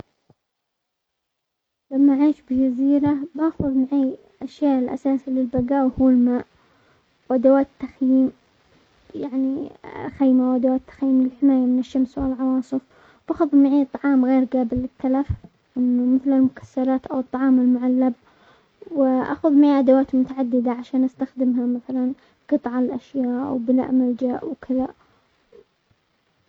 لما اعيش بجزيرة باخذ معي اشياء الاساس للبقاء و هو الماء وادوات التخييم يعني خيمة وادوات تخيم الحماية من الشمس والعواصف، واخذ معي طعام غير قابل للتلف مثل المكسرات او الطعام المعلب ، واخذ معي ادوات متعددة عشان استخدمها مثلا قطع الاشياء وبناء ملجأ وكذا.